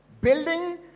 building